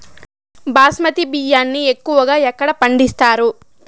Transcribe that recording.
బాస్మతి బియ్యాన్ని ఎక్కువగా ఎక్కడ పండిస్తారు?